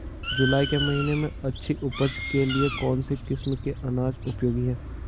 जुलाई के महीने में अच्छी उपज के लिए कौन सी किस्म के अनाज उपयोगी हैं?